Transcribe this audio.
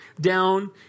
down